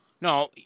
No